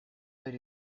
del